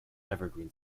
evergreen